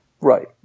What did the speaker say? Right